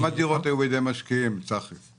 כמה דירות יש בידי משקיעים מ-2015 ועד היום?